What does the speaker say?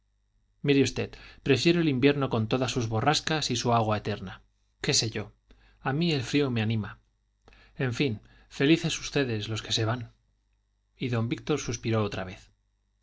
mire usted prefiero el invierno con todas sus borrascas y su agua eterna qué sé yo a mí el frío me anima en fin felices ustedes los que se van y don víctor suspiró otra vez